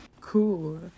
Cool